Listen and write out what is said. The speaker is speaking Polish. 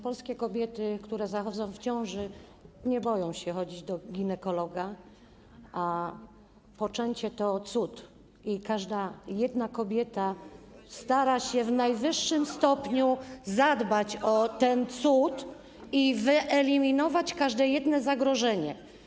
Polskie kobiety, które zachodzą w ciążę, nie boją się chodzić do ginekologa, a poczęcie to cud i każda jedna kobieta stara się w najwyższym stopniu zadbać o ten cud i wyeliminować każde zagrożenie.